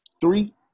three